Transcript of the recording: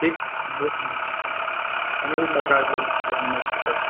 ठीक कोनो भी प्रकारके कम्प्लैंट नहि भेटत